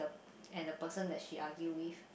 and the person that she argue with